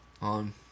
on